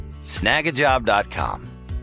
Snagajob.com